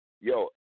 Yo